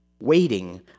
waiting